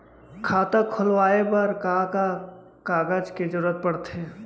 खाता खोलवाये बर का का कागज के जरूरत पड़थे?